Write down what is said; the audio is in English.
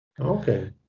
okay